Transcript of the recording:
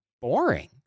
boring